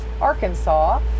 Arkansas